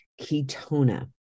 Ketona